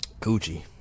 Gucci